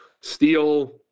Steel